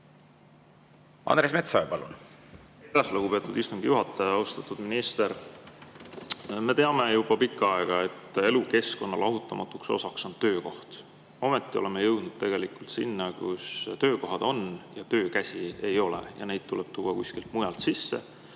Miks see nii on? Aitäh, lugupeetud istungi juhataja! Austatud minister! Me teame juba pikka aega, et elukeskkonna lahutamatu osa on töökoht. Ometi oleme jõudnud tegelikult sinna, kus töökohad on, töökäsi ei ole ja neid tuleb tuua kuskilt mujalt sisse,